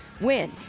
win